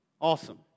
Awesome